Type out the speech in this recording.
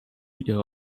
ihre